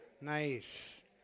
Nice